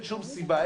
אין שום סיבה,